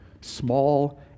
small